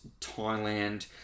Thailand